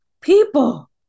people